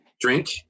drink